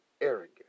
arrogant